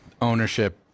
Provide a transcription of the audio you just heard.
ownership